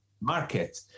market